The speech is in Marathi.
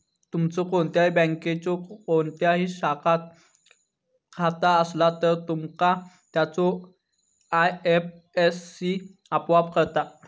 तुमचो कोणत्याही बँकेच्यो कोणत्याही शाखात खाता असला तर, तुमका त्याचो आय.एफ.एस.सी आपोआप कळता